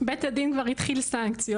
בית הדין כבר התחיל סנקציות,